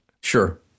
sure